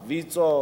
ויצו,